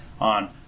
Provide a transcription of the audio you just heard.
on